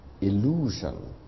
illusion